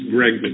Greg